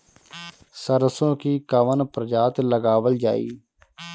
सरसो की कवन प्रजाति लगावल जाई?